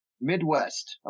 Midwest